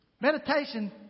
meditation